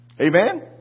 Amen